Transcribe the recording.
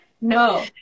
no